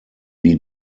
wie